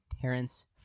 Terence